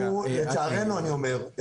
לצערנו אני אומר,